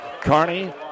Carney